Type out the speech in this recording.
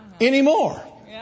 anymore